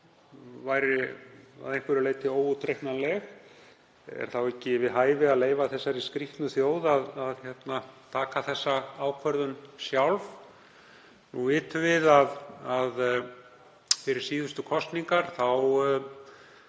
væri að einhverju leyti óútreiknanleg. Er þá ekki við hæfi að leyfa þeirri skrýtnu þjóð að taka þessa ákvörðun sjálf? Nú vitum við að fyrir síðustu kosningar